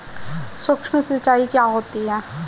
सुक्ष्म सिंचाई क्या होती है?